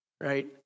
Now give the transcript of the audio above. right